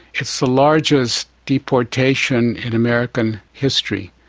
it's the largest deportation in american history.